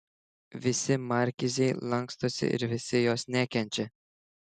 visi markizei lankstosi ir visi jos nekenčia